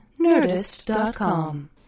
Nerdist.com